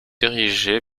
érigée